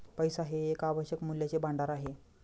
पैसा हे एक आवश्यक मूल्याचे भांडार आहे